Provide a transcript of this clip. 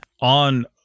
on